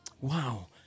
Wow